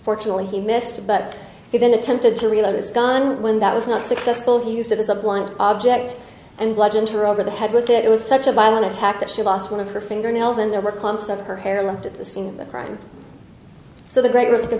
fortunately he missed but he then attempted to reload his gun when that was not successful use it as a blunt object and bludgeoned her over the head with it it was such a violent attack that she lost one of her fingernails and there were clumps of her hair looked at the scene of the crime so the great risk of